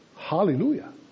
Hallelujah